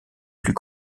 plus